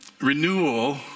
renewal